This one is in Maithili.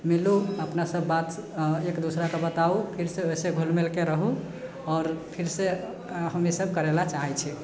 मिलू अपनासँ बात बातचीत एक दोसराके बताबू फेरसँ वैसे घुल मिलके रहू आओर फेरसँ हम ई सब करै लए चाहै छी